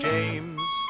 James